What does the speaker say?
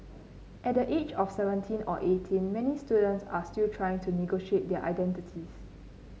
at the age of seventeen or eighteen many students are still trying to negotiate their identities